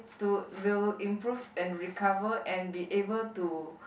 to will improve and recover and be able to